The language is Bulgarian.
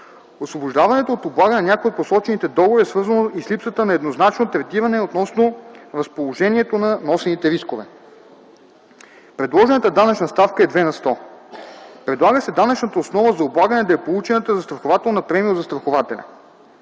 Освобождаването от облагане на някои от посочените договори е свързано и с липсата на еднозначно третиране относно разположението на носените рискове. Предложената данъчна ставка е 2 на сто. Предлага се данъчната основа за облагане да е получената застрахователна премия от застрахователя.